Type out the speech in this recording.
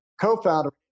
co-founder